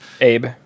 Abe